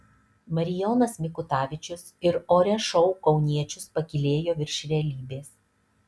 marijonas mikutavičius ir ore šou kauniečius pakylėjo virš realybės